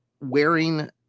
wearing